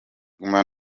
gusa